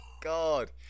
God